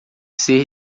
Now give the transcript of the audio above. ser